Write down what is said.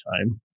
time